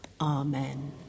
Amen